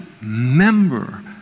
member